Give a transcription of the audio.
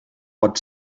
pot